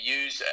use